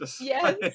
Yes